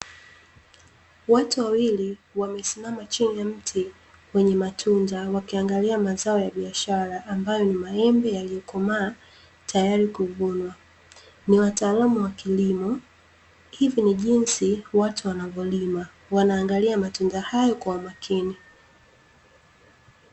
Watu wawili wamesimama chini ya mti wenye matunda wakiangalia mazao ya biashara, ambayo ni maembe yaliyokomaa tayari kuvunwa. Ni wataalamu wa kilimo hivyo ni jinsi watu wanavyolima wanaangalia matunda hayo kwa umakini.